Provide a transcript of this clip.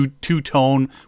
Two-tone